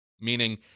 Meaning